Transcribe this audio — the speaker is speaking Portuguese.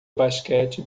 basquete